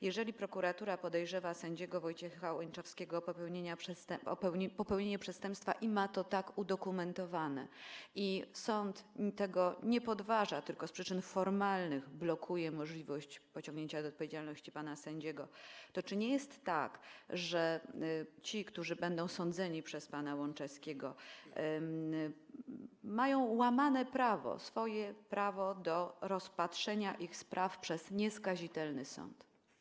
Jeżeli prokuratura podejrzewa sędziego Wojciecha Łączewskiego o popełnienie przestępstwa i ma to udokumentowane, i sąd tego nie podważa, tylko z przyczyn formalnych blokuje możliwość pociągnięcia do odpowiedzialności pana sędziego, to czy nie jest tak, że w stosunku do tych, którzy będą sądzeni przez pana Łączewskiego, jest łamane prawo, prawo do rozpatrzenia ich spraw przez nieskazitelny sąd?